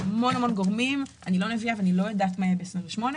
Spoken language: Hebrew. אני לא נביאה ואני לא יודעת מה יהיה ב-2028,